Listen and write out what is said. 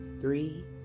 three